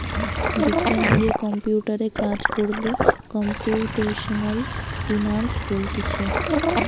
বিজ্ঞান দিয়ে কম্পিউটারে কাজ কোরলে কম্পিউটেশনাল ফিনান্স বলতিছে